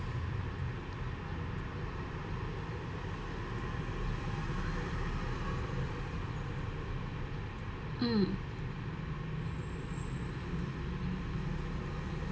mm